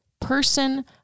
person